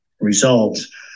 results